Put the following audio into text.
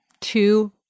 two